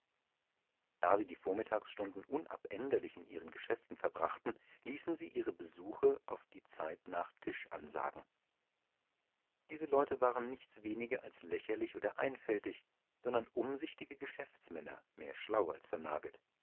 da sie die vormittagsstunden unabänderlich in ihren geschäften verbrachten ließen sie ihre besuche auf die zeit nach tisch ansagen diese leute waren nichts weniger als lächerlich oder einfältig sondern umsichtige geschäftsmänner mehr schlau als vernagelt